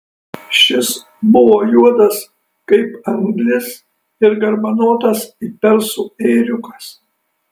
šis buvo juodas kaip anglis ir garbanotas it persų ėriukas